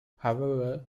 however